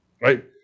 Right